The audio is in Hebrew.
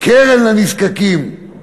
קרן לנזקקים.